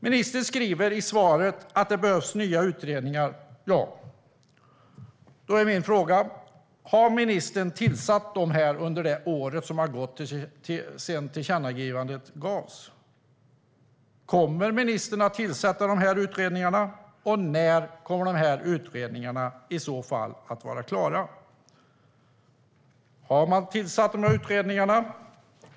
Ministern skriver i svaret att det behövs nya utredningar. Ja, då är min fråga: Har ministern tillsatt dessa utredningar under det år som har gått sedan tillkännagivandet gavs? Kommer ministern att tillsätta dessa utredningar, och när i så fall ska de vara klara?